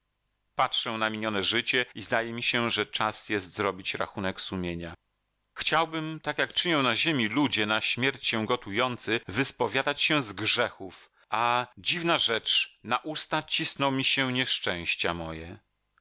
patrzę na minione życie i zdaje mi się że czas jest zrobić rachunek sumienia chciałbym tak jak czynią na ziemi ludzie na śmierć się gotujący wyspowiadać się z grzechów a dziwna rzecz na usta cisną mi się nieszczęścia moje